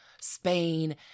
Spain